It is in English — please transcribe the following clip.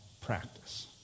practice